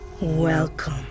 Welcome